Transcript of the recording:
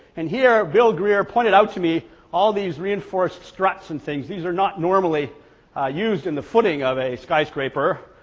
and here bill greer pointed out to me all these reinforced struts and things, these are not normally used in the footing of a skyscraper,